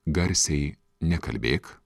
garsiai nekalbėk